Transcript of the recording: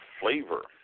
Flavor